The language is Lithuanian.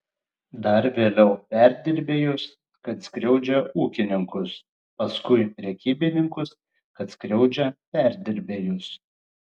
dar vėliau perdirbėjus kad skriaudžia ūkininkus paskui prekybininkus kad skriaudžia perdirbėjus